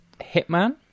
Hitman